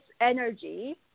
energy